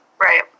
right